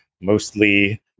mostly